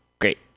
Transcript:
Great